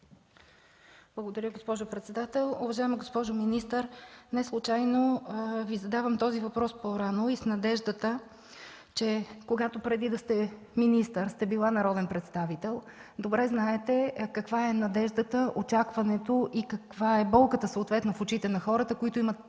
Благодаря, госпожо председател. Уважаема госпожо министър, неслучайно Ви задавам този въпрос по-рано с надеждата, че преди да станете министър сте била народен представител и добре знаете каква е надеждата, очакването и каква е болката в очите на хората, които имат